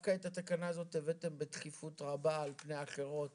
ודווקא את התקנה הזאת הבאתם בדחיפות רבה על פני אחרות